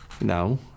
No